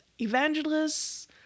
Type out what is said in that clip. evangelists